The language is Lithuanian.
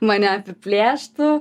mane apiplėštų